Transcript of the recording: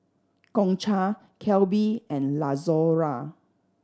Concha Kelby and Lazaro